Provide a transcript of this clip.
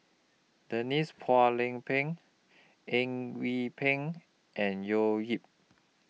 Denise Phua Lay Peng Eng Yee Peng and Leo Yip